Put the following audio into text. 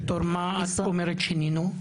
בתור מה את אומרת שינינו?